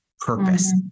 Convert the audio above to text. purpose